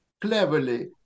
cleverly